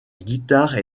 guitare